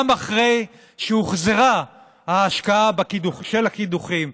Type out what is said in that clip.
גם אחרי שהוחזרה ההשקעה של הקידוחים.